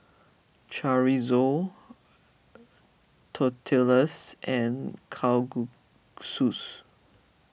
Chorizo Tortillas and Kalguksus